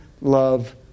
love